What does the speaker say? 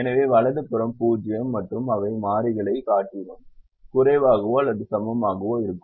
எனவே வலது புறம் 0 மற்றும் அவை மாறிகளைக் காட்டிலும் குறைவாகவோ அல்லது சமமாகவோ இருக்கும்